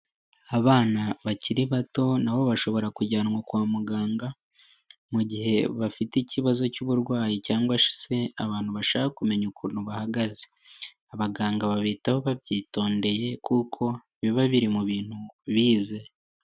Abana bakiri bato nabo bashobora kujyanwa kwa muganga mu gihe bafite ikibazo cy'uburwayi cyangwa se abantu bashaka kumenya ukuntu bahagaze. Abaganga babitaho babyitondeye kuko biba biri mu bintu bize.